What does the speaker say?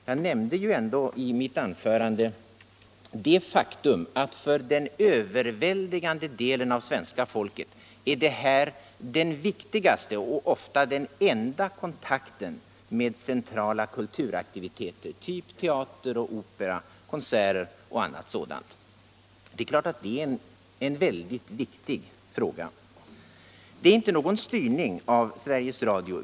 Jag nämnde i mitt anförande det faktum att för den överväldigande delen av svenska folket är detta den viktigaste och ofta den enda kontakten med centrala kulturaktiviteter, typ teater, opera, konserter m.m. Det är klart att det är en väldigt viktig fråga. Men det är inte fråga om någon styrning av Sveriges Radio.